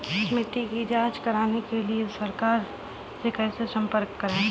मिट्टी की जांच कराने के लिए सरकार से कैसे संपर्क करें?